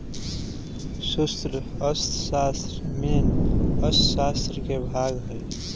सूक्ष्म अर्थशास्त्र मेन अर्थशास्त्र के भाग हई